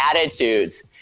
attitudes